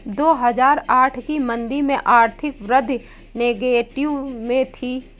दो हजार आठ की मंदी में आर्थिक वृद्धि नेगेटिव में थी